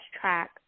track